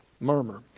murmur